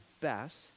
best